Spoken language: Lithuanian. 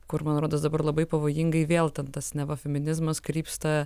kur man rodos dabar labai pavojingai vėl ten tas neva feminizmas krypsta